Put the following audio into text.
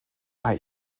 bei